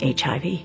HIV